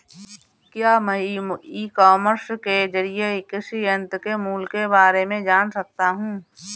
क्या मैं e commerce के ज़रिए कृषि यंत्र के मूल्य में बारे में जान सकता हूँ?